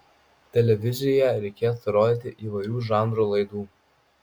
televizijoje reikėtų rodyti įvairių žanrų laidų